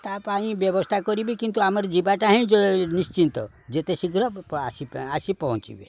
ତା ପାଇଁ ବ୍ୟବସ୍ଥା କରିବି କିନ୍ତୁ ଆମର ଯିବାଟା ହିଁ ନିଶ୍ଚିନ୍ତ ଯେତେ ଶୀଘ୍ର ଆସି ଆସି ପହଞ୍ଚିବେ